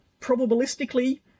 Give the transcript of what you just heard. probabilistically